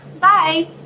Bye